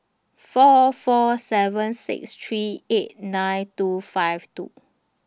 four four seven six three eight nine two five two